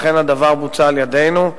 והדבר אכן בוצע על-ידינו.